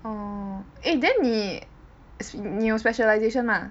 oh eh then 你你有 specialisation mah